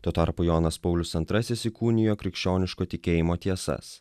tuo tarpu jonas paulius antrasis įkūnijo krikščioniško tikėjimo tiesas